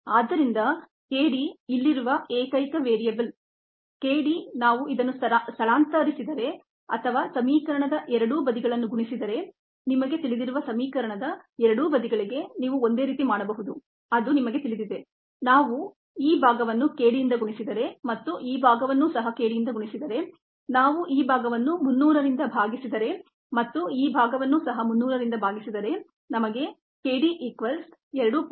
ಆದ್ದರಿಂದ k d ಇಲ್ಲಿರುವ ಏಕೈಕ ವೇರಿಯೇಬಲ್ k d ನಾವು ಇದನ್ನು ಟ್ರಾನ್ಸ್ಪೋಸ್ ಮಾಡಿದರೆ ಅಥವಾ ಸಮೀಕರಣದ ಎರಡೂ ಬದಿಗಳನ್ನು ಗುಣಿಸಿದರೆ ನಿಮಗೆ ತಿಳಿದಿರುವ ಸಮೀಕರಣದ ಎರಡೂ ಬದಿಗಳಿಗೆ ನೀವು ಒಂದೇ ರೀತಿ ಮಾಡಬಹುದು ಅದು ನಿಮಗೆ ತಿಳಿದಿದೆ ನಾವು ಈ ಭಾಗವನ್ನು k d ಯಿಂದ ಗುಣಿಸಿದರೆ ಮತ್ತು ಈ ಭಾಗವನ್ನು ಸಹ k d ಯಿಂದ ಗುಣಿಸಿದರೆ ನಾವು ಈ ಭಾಗವನ್ನು 300 ರಿಂದ ಭಾಗಿಸಿದರೆ ಮತ್ತು ಈ ಭಾಗವನ್ನು ಸಹ 300 ರಿಂದ ಭಾಗಿಸಿದರೆ ನಮಗೆ k d ಈಕ್ವಾಲ್ಸ್ 2